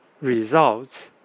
results